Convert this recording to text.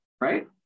right